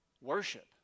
worship